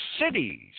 cities